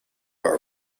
are